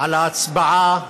על ההצבעה